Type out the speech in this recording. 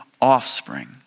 offspring